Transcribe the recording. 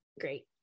great